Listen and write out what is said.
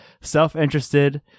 self-interested